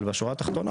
אבל בשורה התחתונה,